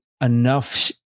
enough